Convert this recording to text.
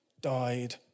died